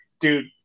dude